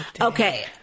Okay